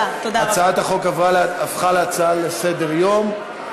הצעת החוק הפכה להצעה לסדר-היום.